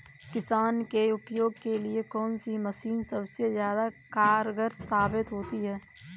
किसान के उपयोग के लिए कौन सी मशीन सबसे ज्यादा कारगर साबित होती है?